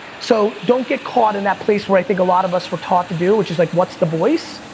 so, don't get caught in that place where i think, a lot of us were taught to do, which is, like what's the voice?